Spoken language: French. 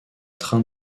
train